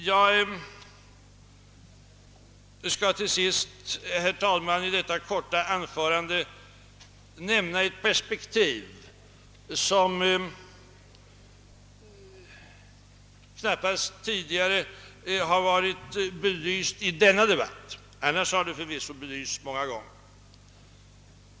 Jag skall till sist, herr talman, i detta korta anförande nämna ett perspektiv som tidigare knappast har blivit belyst i denna debatt; vid andra tillfällen har det förvisso belysts många gånger.